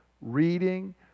reading